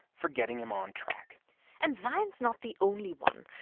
for getting him on track and zion's not the only one.